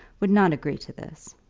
would not agree to this.